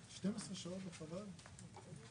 ההסתייגות לא נתקבלה ההסתייגות לא התקבלה.